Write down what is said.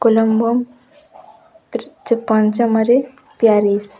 କଲୋମ୍ବୋ ପଞ୍ଚମରେ ପ୍ୟାରିସ